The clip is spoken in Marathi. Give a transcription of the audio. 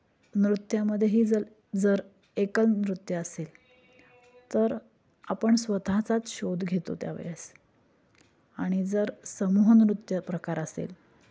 नृत्यामध्येही जल जर एकल नृत्य असेल तर आपण स्वतःचाच शोध घेतो त्यावेळेस आणि जर समूह नृत्य प्रकार असेल